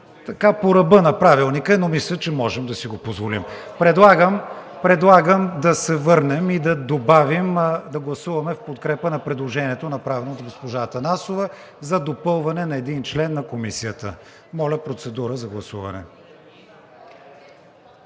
така по ръба на Правилника, мисля, че можем да си го позволим. Предлагам да се върнем и да гласуваме в подкрепа на предложението, направено от госпожа Атанасова, за допълване на един член на Комисията. Моля, процедура за гласуване.